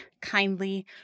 kindly